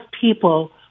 people